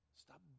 Stop